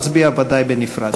נצביע ודאי בנפרד.